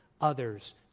others